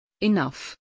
enough